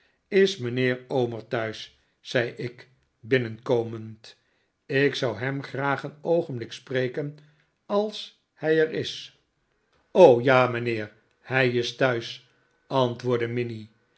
is mijnheer omer thuis zei ik binnenkomend ik zou hem graag een oogenblik spreken als hij er is ja mijnheer hij is thuis antwoordde minnie